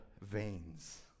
veins